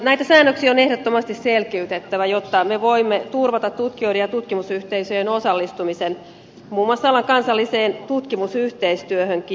näitä säännöksiä on ehdottomasti selkiytettävä jotta me voimme turvata tutkijoiden ja tutkimusyhteisöjen osallistumisen muun muassa alan kansalliseen tutkimusyhteistyöhönkin